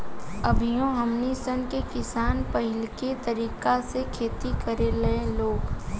अभियो हमनी सन के किसान पाहिलके तरीका से खेती करेला लोग